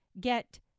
get